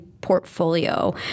portfolio